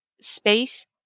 space